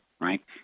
right